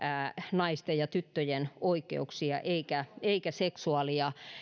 naisten ja tyttöjen oikeuksia eikä seksuaali ja